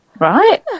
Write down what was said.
Right